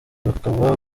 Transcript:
bakaba